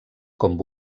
com